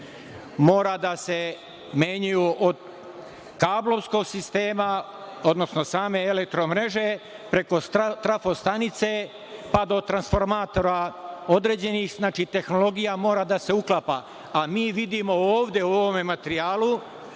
mora da se menjaju od kablovskog sistema, odnosno same elektromreže preko trafostanice pa do određenih transformatora. Znači, tehnologija mora da se uklapa. Mi vidimo ovde, u ovome materijalu,